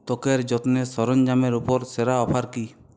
ত্বকের যত্নের সরঞ্জামের ওপর সেরা অফার কি